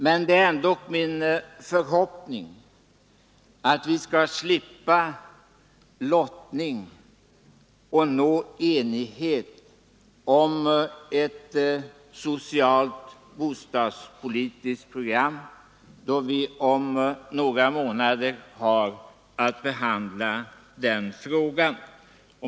Men det är ändock min förhoppning att vi skall slippa lottning och nå enighet om ett socialt bostadspolitiskt program, då vi om några månader har att behandla den frågan.